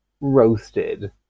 roasted